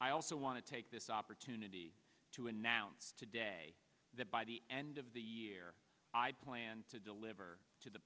i also want to take this opportunity knitty to announce today that by the end of the year i plan to deliver to the